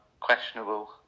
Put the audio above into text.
questionable